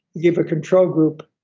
give a controlled group